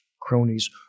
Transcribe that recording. cronies